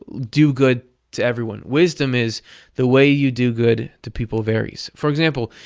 do good to everyone. wisdom is the way you do good to people varies. for example,